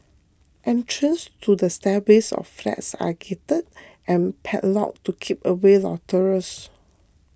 entrances to the stairways of flats are gated and padlocked to keep away loiterers